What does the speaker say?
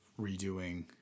redoing